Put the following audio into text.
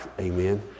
amen